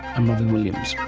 i'm robyn williams